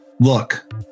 Look